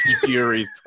Fury